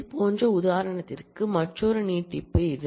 இது போன்ற உதாரணத்தின் மற்றொரு நீட்டிப்பு இது